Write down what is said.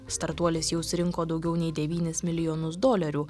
startuolis jau surinko daugiau nei devynis milijonus dolerių